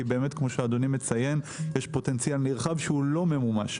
כי כמו שאדוני מציין באמת יש פוטנציאל נרחב שהוא לא ממומש.